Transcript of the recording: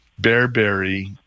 Bearberry